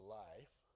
life